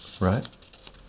right